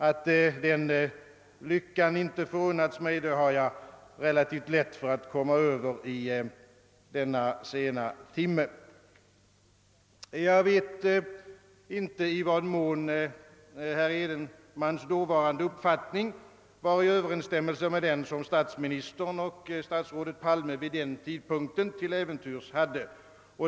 Att den lyckan inte förunnats mig, har jag relativt lätt att komma över vid denna sena timme. Jag vet inte i vad mån herr Edenmans dåvarande uppfattning stod i överensstämmelse med den som statsministern och statsrådet Palme vid den tidpunkten till äventyrs hade.